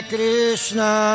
Krishna